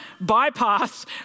bypass